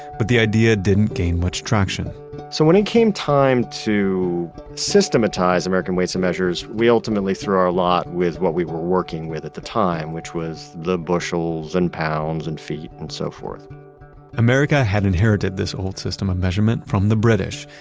but the idea didn't gain much traction so when it came time to systematize american weights and measures, we ultimately through our lot with what we were working with at the time, which was the bushels and pounds and feet and so forth america had inherited this old system of measurement from the british.